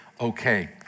okay